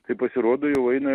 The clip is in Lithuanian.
tai pasirodo jau eina